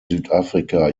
südafrika